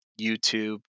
youtube